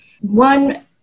one